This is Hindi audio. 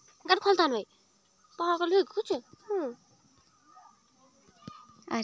वित्त मंत्रालय का मुखिया वित्त मंत्री होता है